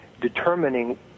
determining